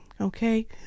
okay